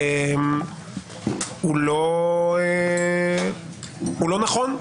הוא לא נכון,